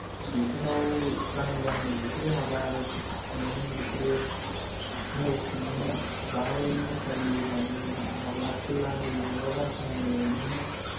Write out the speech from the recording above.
बेफोराव गामि गामि बेफोरो माबा खुङोमोन बिसोरो मेल खुङोमोन बेवहाय मोसायो मायो माबा खेला होयो माबा बादि नाङो माने